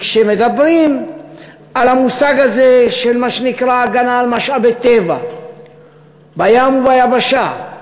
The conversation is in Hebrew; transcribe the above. כי כשמדברים על המושג הזה של מה שנקרא הגנה על משאבי טבע בים וביבשה,